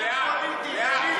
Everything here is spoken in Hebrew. אבל לאט, לאט.